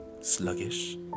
sluggish